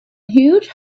huge